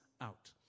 out